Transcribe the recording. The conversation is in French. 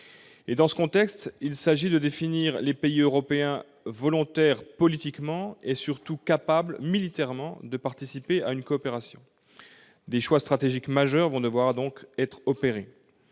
Dans ce contexte, il s'agit de définir les pays européens volontaires politiquement et, surtout, capables militairement de participer à une coopération. Des choix stratégiques majeurs vont devoir être faits